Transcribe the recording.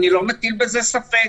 אני לא מטיל בזה ספק.